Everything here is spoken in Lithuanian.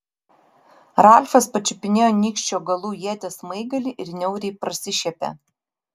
ralfas pačiupinėjo nykščio galu ieties smaigalį ir niauriai prasišiepė